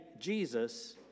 Jesus